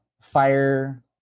fire